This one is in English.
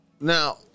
Now